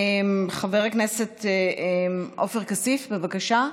חבר הכנסת עופר כסיף, בבקשה.